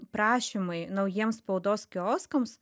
prašymai naujiem spaudos kioskams